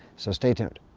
so stay tuned!